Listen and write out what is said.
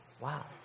wow